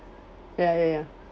ya ya ya